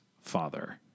father